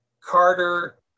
Carter